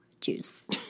juice